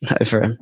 over